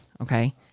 okay